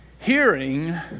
hearing